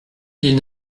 ils